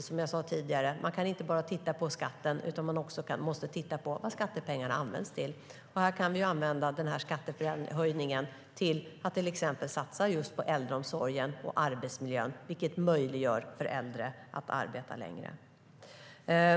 Som jag sa tidigare kan man inte bara titta på skatten, utan man måste också titta på vad skattepengarna används till. Den här skattehöjningen kan vi använda till att till exempel satsa på äldreomsorgen och arbetsmiljön, vilket möjliggör för äldre att arbeta längre.